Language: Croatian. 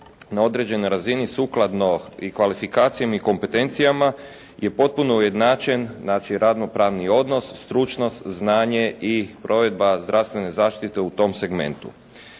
na određenoj razini sukladno i kvalifikacijama i kompetencijama je potpuno ujednačen znači ravnopravni odnos, stručnost, znanje i provedba zdravstvene zaštite u tom segmentu.